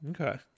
Okay